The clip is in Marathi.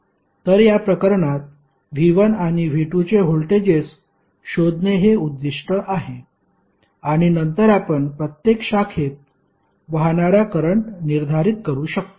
तर या प्रकरणात V1 आणि V2 चे व्होल्टेजेस शोधणे हे उद्दीष्ट आहे आणि नंतर आपण प्रत्येक शाखेत वाहणारा करंट निर्धारित करू शकतो